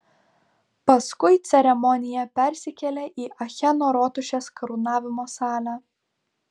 paskui ceremonija persikėlė į acheno rotušės karūnavimo salę